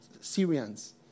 Syrians